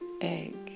egg